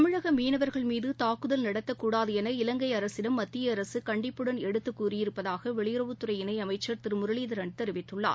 தமிழக மீனவர்கள் மீது தாக்குதல் நடத்தக்கூடாது என இலங்கை அரசிடம் மத்திய அரசு கண்டிப்புடன் எடுத்துக்கூறியிருப்பதாக வெளியுறவுத் துறை இணை அமைச்சர் திரு முரளிதரன் தெரிவித்துள்ளார்